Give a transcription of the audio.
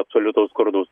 absoliutaus skurdo